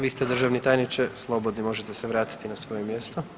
Vi ste državni tajniče slobodni možete se vratiti na svoje mjesto.